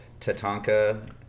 Tatanka